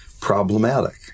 problematic